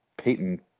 peyton